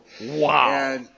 wow